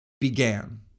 began